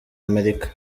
amerika